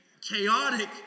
chaotic